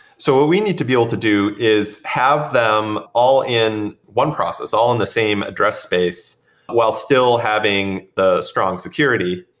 so what we need to be able to do is have them all in one process, all on the same address space while still having the strong security,